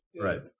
right